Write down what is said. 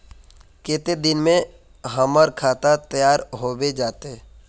केते दिन में हमर खाता तैयार होबे जते?